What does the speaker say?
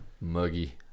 Muggy